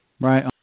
Right